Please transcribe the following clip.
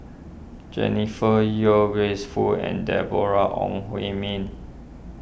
Jennifer Yeo Grace Fu and Deborah Ong Hui Min